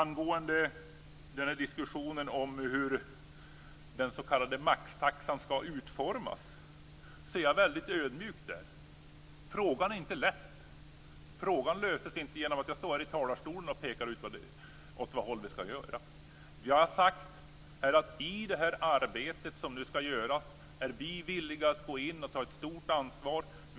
När det gäller diskussionen om hur den s.k. maxtaxan skall utformas vill jag säga att jag är väldigt ödmjuk. Frågan är inte lätt. Frågan löses inte genom att jag står här i talarstolen och pekar ut åt vilket håll det skall göras. Vi har sagt att vi är villiga att gå in och ta ett stort ansvar i det arbete som skall göras.